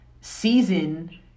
season